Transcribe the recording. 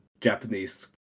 Japanese